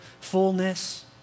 fullness